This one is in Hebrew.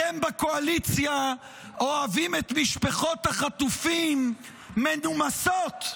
אתם בקואליציה אוהבים את משפחות החטופים מנומסות,